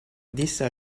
disse